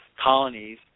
colonies